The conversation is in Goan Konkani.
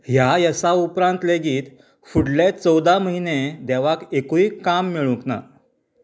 ह्या येसा उपरांत लेगीत फुडलें चवदा म्हयने देवाक एकूय काम मेळूंक ना